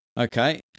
Okay